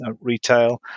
retail